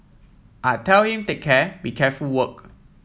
I tell him take care be careful work